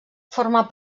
forma